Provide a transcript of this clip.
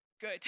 good